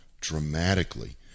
dramatically